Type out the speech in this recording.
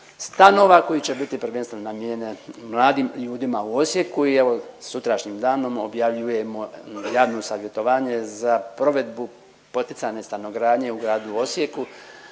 stanova koji će biti prvenstveno namijenjene mladim ljudima u Osijeku i evo, sutrašnjim danom objavljujemo javno savjetovanje za provedbu poticajne stanogradnje u gradu Osijeku